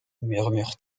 murmure